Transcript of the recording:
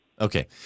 Okay